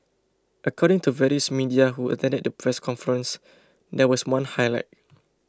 according to various media who press conference there was one highlight